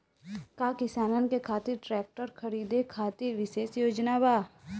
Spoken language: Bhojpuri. का किसानन के खातिर ट्रैक्टर खरीदे खातिर विशेष योजनाएं बा?